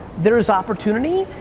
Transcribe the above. there's opportunity.